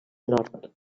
nord